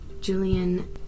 Julian